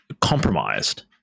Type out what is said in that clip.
compromised